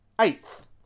eighth